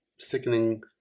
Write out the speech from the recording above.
sickening